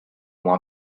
ont